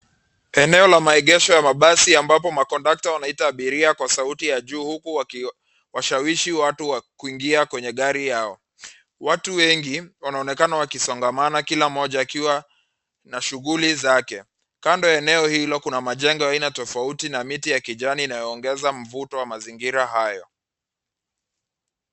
Eneo la maegesho ya mabasi ambapo makondakta wanaita abiria kwa sauti ya juu huku wakuwashawishi watu kuingia kwenye gari yao. Watu wengi, wanaonekana wakisongamana kila mmoja akiwa na shughuli zake. Kando ya eneo hilo kuna majengo aina tofauti na miti ya kijani inayoongeza mvuto wa mazingira hayo.